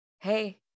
Hey